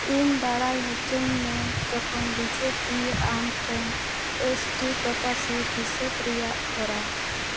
ᱤᱧ ᱵᱟᱲᱟᱭ ᱦᱚᱪᱚᱧ ᱢᱮ ᱡᱚᱠᱷᱚᱱ ᱵᱤᱡᱮᱯᱤ ᱟᱢᱴᱷᱮᱱ ᱮᱥ ᱴᱤ ᱯᱨᱚᱛᱟᱥᱤᱛ ᱦᱤᱥᱟᱹᱵᱽ ᱨᱮᱭᱟᱜ ᱦᱚᱨᱟ